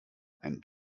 ein